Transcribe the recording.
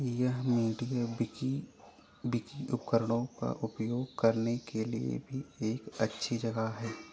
यह मीडिया बिकी बिकी उपकरणों का उपयोग करने के लिए भी एक अच्छी जगह है